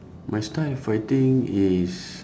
my style of fighting is